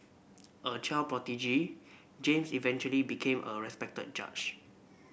a child prodigy James eventually became a respected judge